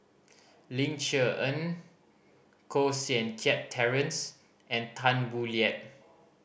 Ling Cher Eng Koh Seng Kiat Terence and Tan Boo Liat